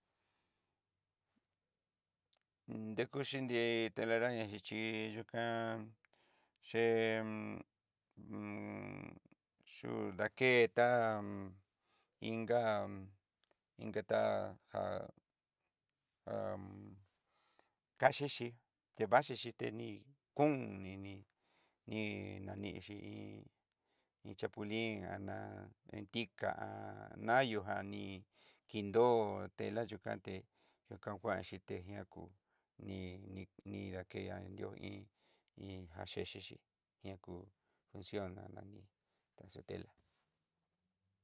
dekú xhí ndí telaraña xhí, yukán chén yuul daketá ingá inga tá'a já já'a kaxhixi tavaxhi tení kún niní ní- nini xhí iin cahpulin anan tiká nayú janí, kindó tela yukandé, yukan kuan yité ña kú ni ni daké ján nrió iin iin jachexi xí na ku función ná nani taxió telá.